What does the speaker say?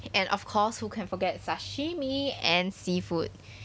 and of course who can forget sashimi and seafood